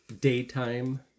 daytime